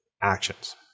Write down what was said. actions